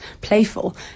playful